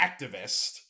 activist